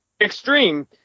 Extreme